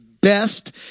best